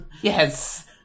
Yes